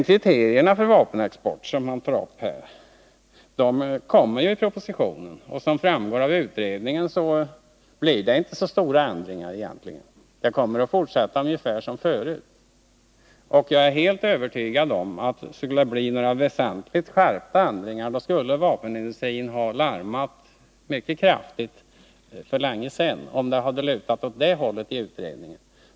Kriterierna för vapenexport, som man här tar upp, kommer ju att anges i propositionen. Som framgår av utredningen blir det egentligen inte så stora ändringar. Verksamheten kommer att fortsätta ungefär som förut. Jag är helt övertygad om att vapenindustrin hade larmat mycket kraftigt för länge sedan om det skulle bli väsentliga skärpningar.